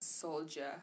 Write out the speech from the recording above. Soldier